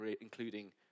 including